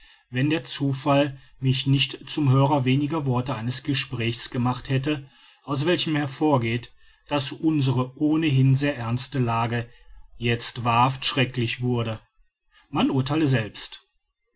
wenn der zufall mich nicht zum hörer weniger worte eines gesprächs gemacht hätte aus welchen hervorgeht daß unsere ohnehin sehr ernste lage jetzt wahrhaft schrecklich wurde man urtheile selbst